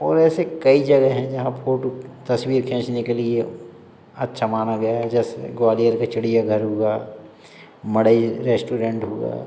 और ऐसे कई जगहें हैं जहाँ फोटू तस्वीर खींचने के लिए अच्छा माना गया है जैसे ग्वालियर का चिड़ियाघर हुआ मड़ई रेस्टोरेंट हुआ